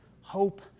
Hope